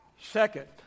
second